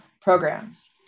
programs